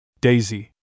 Daisy